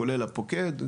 כולל הפוקד,